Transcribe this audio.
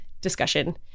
discussion